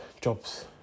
jobs